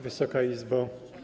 Wysoka Izbo!